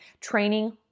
training